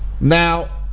Now